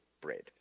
bread